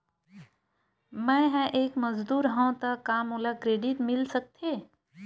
मैं ह एक मजदूर हंव त का मोला क्रेडिट मिल सकथे?